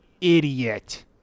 idiot